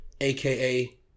aka